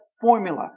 formula